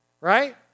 right